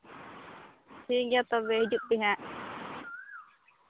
ᱴᱷᱤᱠᱜ ᱮᱭᱟ ᱛᱚᱵᱮ ᱦᱤᱡᱩᱜ ᱯᱮ ᱦᱟᱸᱜ